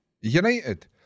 United